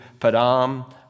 Padam